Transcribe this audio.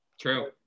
True